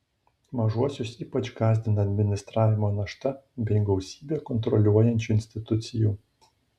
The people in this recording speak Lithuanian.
mažuosius ypač gąsdina administravimo našta bei gausybė kontroliuojančių institucijų